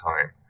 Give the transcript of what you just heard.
time